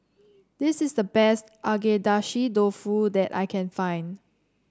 this is the best Agedashi Dofu that I can find